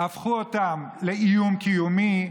הפכו אותם לאיום קיומי,